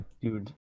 dude